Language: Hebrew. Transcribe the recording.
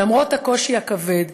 ולמרות הקושי הכבד